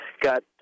got